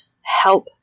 help